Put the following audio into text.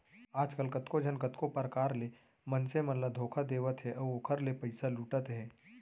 आजकल कतको झन कतको परकार ले मनसे मन ल धोखा देवत हे अउ ओखर ले पइसा लुटत हे